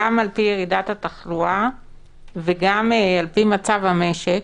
גם לפי ירידת התחלואה וגם לפי מצב המשק,